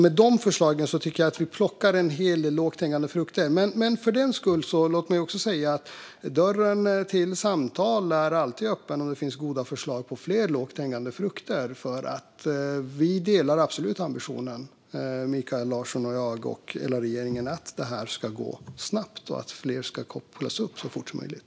Med dessa förslag tycker jag att vi plockar en hel del lågt hängande frukter. Låt mig också säga att dörren till samtal alltid är öppen om det finns goda förslag på fler lågt hängande frukter eftersom vi absolut delar ambitionen, Mikael Larsson, jag och hela regeringen, att detta ska gå snabbt och att fler ska kopplas upp så fort som möjligt.